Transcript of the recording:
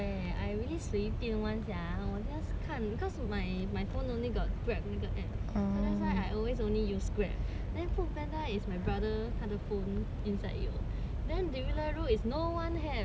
我 just 看 cause my my phone only got grab 那个 app so that's why I always only use grab then foodpanda is my brother 他的 phone inside 有 then deliveroo is no one have so 没有人用